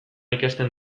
ikasten